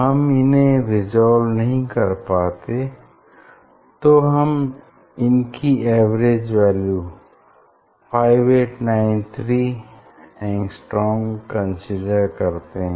हम इन्हे रेसॉल्व नहीं कर पाते तो हम इनकी एवरेज वैल्यू 5893 आर्मस्ट्रांग कंसीडर करते हैं